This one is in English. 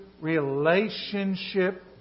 relationship